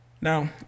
Now